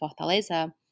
fortaleza